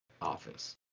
office